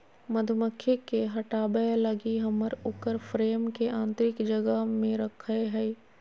मधुमक्खी के हटाबय लगी हम उकर फ्रेम के आतंरिक जगह में रखैय हइ